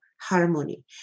harmony